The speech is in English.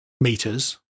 meters